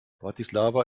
bratislava